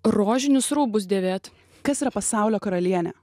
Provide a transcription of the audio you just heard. rožinius rūbus dėvėt kas yra pasaulio karalienė